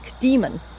demon